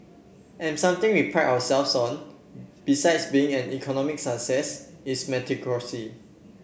and something we pride ourselves on besides being an economic success is